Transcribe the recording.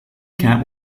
camp